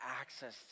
access